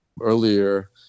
earlier